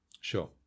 Sure